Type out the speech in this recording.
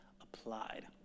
applied